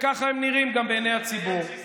אבל תציין מי כן פה.